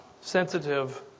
sensitive